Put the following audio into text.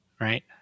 right